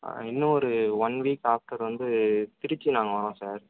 ஆ இன்னும் ஒரு one week after வந்து திருச்சி நாங்கள் வரோம் சார்